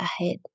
ahead